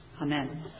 Amen